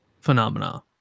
phenomena